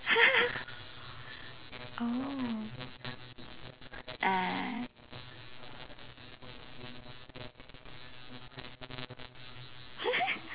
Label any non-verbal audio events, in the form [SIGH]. [LAUGHS] oh ah [LAUGHS]